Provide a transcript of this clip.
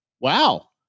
Wow